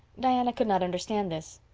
diana could not understand this.